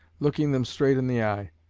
looking them straight in the eye,